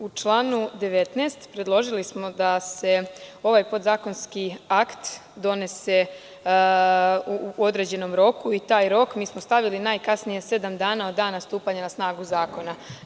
U članu 19. predložili smo da se ovaj podzakonski akt donese u određenom roku i taj rok mi smo stavili najkasnije sedam dana od dana stupanja na snagu zakona.